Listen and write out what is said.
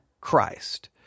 Christ